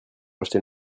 acheter